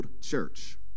church